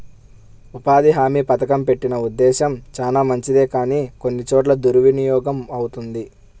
ఉపాధి హామీ పథకం పెట్టిన ఉద్దేశం చానా మంచిదే కానీ కొన్ని చోట్ల దుర్వినియోగమవుతుంది